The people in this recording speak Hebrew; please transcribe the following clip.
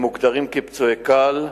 הם מוגדרים כפצועים קל.